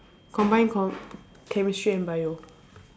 combined com~ chemistry and bio